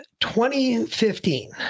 2015